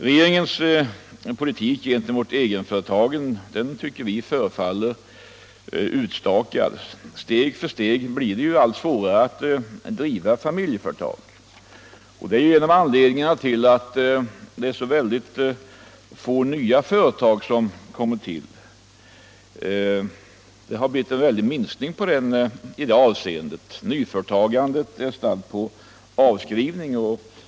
Regeringens politik gentemot egenföretagarna förefaller vara utstakad. Steg för steg blir det allt svårare att driva ett familjeföretag. Det är en av anledningarna till att så få nya företag tillkommer. I det avseendet har en väldig minskning ägt rum. Nyföretagandet är på avskrivning.